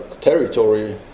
territory